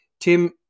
Tim